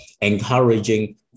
encouraging